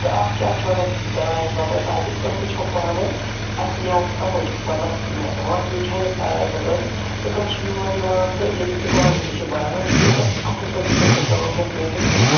تہٕ اَتھ کیٛازِ چھِ وَنان پیراڈایِز آن أرٕتھ تاکہِ أسۍ وُچھو پانٕے اَسہِ یِیہِ ہا سَمجھ مطلب واقع چھا یہِ پیراڈایِز آن أرٕتھ تہٕ تِم چھِ یور یِوان تہٕ ییٚتیُک اِکنامی تہِ چھِ بَڈان یہِ ٲسۍ اَصٕل پٲٹھۍ ڈِپِکٹ کَرو کیٚنٛہہ پینٹِنٛگ